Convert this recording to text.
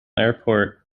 airport